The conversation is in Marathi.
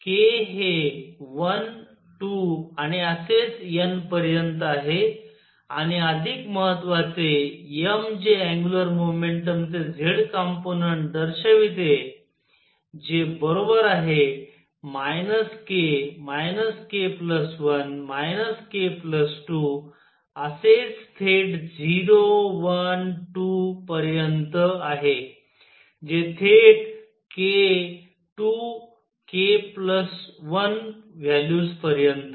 k हे 1 2 आणि असेच n पर्यंत आहे आणि अधिक महत्वाचे m जे अँग्युलर मोमेंटम चे z कंपोनंट दर्शवते जे बरोबर आहे k k 1 k 2 असेच थेट 0 1 2 पर्यंत आहे जे थेट k 2 k 1 व्हॅल्यूज पर्यंत